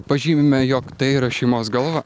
pažymime jog tai yra šeimos galva